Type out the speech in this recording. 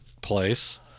place